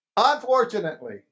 Unfortunately